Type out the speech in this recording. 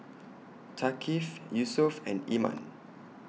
Thaqif Yusuf and Iman